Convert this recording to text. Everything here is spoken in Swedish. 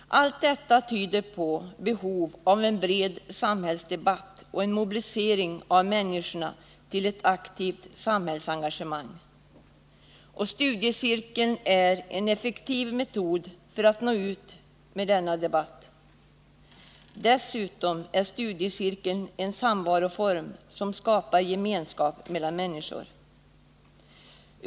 Allt detta tyder på behov av en bred samhällsdebatt och en mobilisering av människorna till ett aktivt samhälls engagemang. Studiecirkeln är en effektiv metod för att nå ut med denna debatt. Dessutom är studiecirkeln en samvaroform som skapar gemenskap mellan människor.